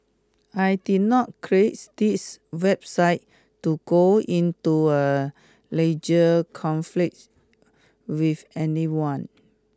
I did not creates this website to go into a legal conflict with anyone